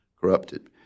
corrupted